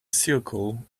circle